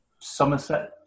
Somerset